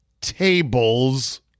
tables